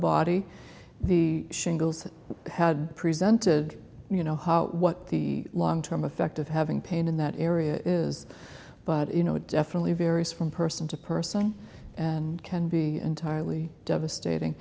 body the shingles had presented you know what the long term effect of having pain in that area is but you know it definitely varies from person to person and can be entirely devastating